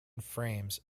frames